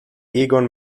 egon